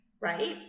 Right